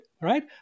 Right